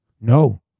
No